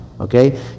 okay